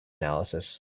analysis